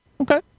Okay